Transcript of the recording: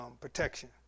protection